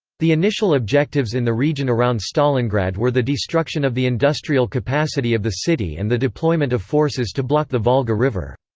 the initial objectives in the region around stalingrad were the destruction of the industrial capacity of the city and the deployment of forces to block the volga river.